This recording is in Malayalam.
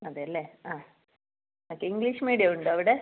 അതെ അല്ലേ ആ ഒക്കെ ഇംഗ്ലീഷ് മീഡിയം ഉണ്ടോ അവിടെ